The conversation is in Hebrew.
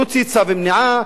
להוציא צו מניעה,